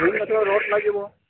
beam গাঠিব ৰদ লাগিব